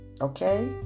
Okay